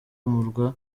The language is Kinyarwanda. umurwa